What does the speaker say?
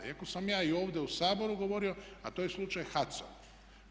Iako sam ja i ovdje u Saboru govorio a to je slučaj HAC-a.